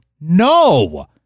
no